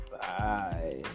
bye